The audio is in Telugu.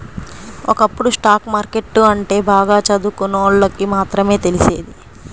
ఒకప్పుడు స్టాక్ మార్కెట్టు అంటే బాగా చదువుకున్నోళ్ళకి మాత్రమే తెలిసేది